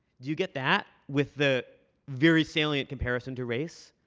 do you get that with the very salient comparison to race?